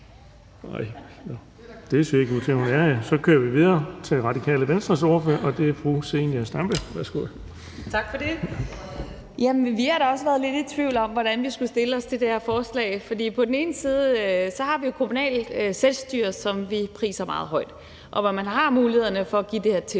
Nej, det ser ikke ud til, at hun er. Så kører vi videre til Radikale Venstres ordfører, og det er fru Zenia Stampe. Værsgo. Kl. 15:16 (Ordfører) Zenia Stampe (RV): Tak for det. Vi har da også været lidt i tvivl om, hvordan vi skulle stille os til det her forslag, for på den ene side har vi jo kommunalt selvstyre, som vi priser meget højt, og hvor man har mulighederne for at give det her tilskud.